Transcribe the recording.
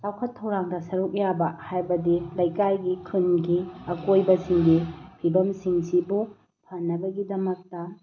ꯆꯥꯎꯈꯠ ꯊꯧꯔꯥꯡꯗ ꯁꯔꯨꯛ ꯌꯥꯕ ꯍꯥꯏꯕꯗꯤ ꯂꯩꯀꯥꯏꯒꯤ ꯈꯨꯟꯒꯤ ꯑꯀꯣꯏꯕꯁꯤꯡꯅ ꯐꯤꯕꯝꯁꯤꯡꯁꯤꯕꯨ ꯐꯅꯕꯒꯤꯗꯃꯛꯇ